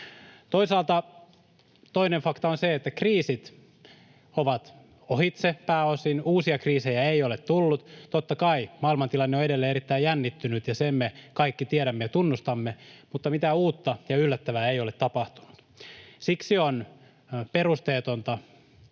Toisaalta toinen fakta on se, että kriisit ovat ohitse pääosin. Uusia kriisejä ei ole tullut. Totta kai maailmantilanne on edelleen erittäin jännittynyt, ja sen me kaikki tiedämme ja tunnustamme, mutta mitään uutta ja yllättävää ei ole tapahtunut. Siksi on perusteetonta